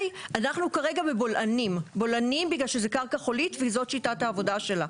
אנחנו כרגע בבולענים בגלל שזו קרקע חולית וזאת שיטת העבודה שלה.